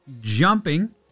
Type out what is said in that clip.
jumping